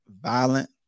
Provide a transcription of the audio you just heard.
violent